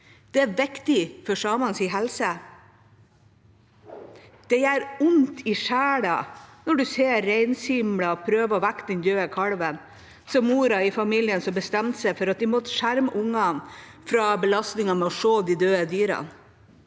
Dette er viktig for samenes helse. Det gjør vondt i sjela når du ser reinsimla prøve å vekke den døde kalven, sa mora i familien, som bestemte seg for at de måtte skjerme ungene fra belastningen med å se de døde dyrene.